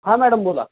हा मॅडम बोला